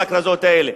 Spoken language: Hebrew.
על הכרזות האלה,